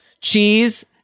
cheese